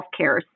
Healthcare